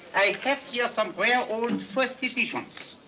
i have here some rare old first editions.